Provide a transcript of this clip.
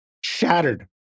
shattered